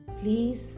please